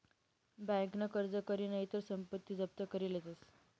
बँकन कर्ज कर नही तर संपत्ती जप्त करी लेतस